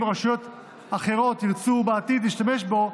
רשויות אחרות ירצו בעתיד להשתמש בו